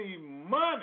money